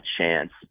chance